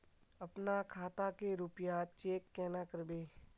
अपना खाता के रुपया चेक केना करबे?